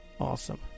awesome